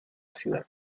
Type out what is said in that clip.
ciudad